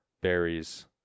berries